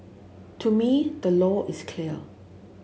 to me the law is clear